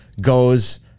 goes